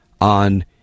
on